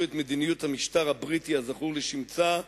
את מדיניות המשטר הבריטי הזכור לשמצה,